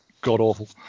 god-awful